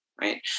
right